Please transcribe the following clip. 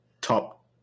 top